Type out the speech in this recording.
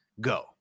Go